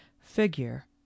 figure